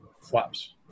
flaps